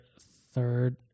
third